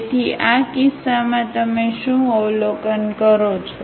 તેથી આ કિસ્સામાં તમે શું અવલોકન કરો છો